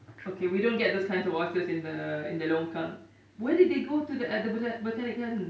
okay we don't get those kinds of otters in the in the longkang where did they go to the uh the botan~ botanic garden